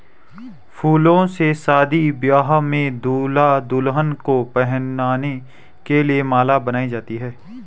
फूलों से शादी ब्याह में दूल्हा दुल्हन को पहनाने के लिए माला बनाई जाती है